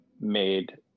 made